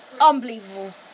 unbelievable